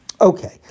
Okay